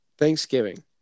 Thanksgiving